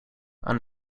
aan